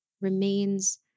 remains